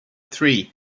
three